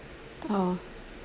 uh